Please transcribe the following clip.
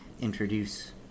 introduce